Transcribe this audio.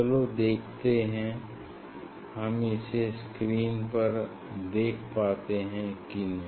चलो देखते हैं हम इसे स्क्रीन पर देख पाते है कि नहीं